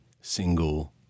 single